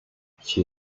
she